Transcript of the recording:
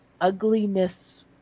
ugliness